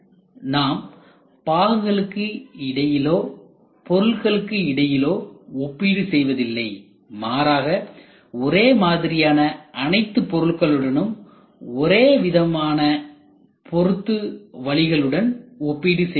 நாம் பாகங்களுக்கு இடையிலோ பொருள்களுக்கு இடையிலோ ஒப்பிடு செய்வதில்லை மாறாக ஒரே மாதிரியான அனைத்து பொருட்களுடனும் ஒரே விதமான பொறுத்து வழிகளுடன் ஒப்பீடு செய்கிறோம்